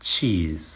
Cheese